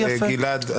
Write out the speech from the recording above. גלעד,